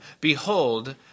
Behold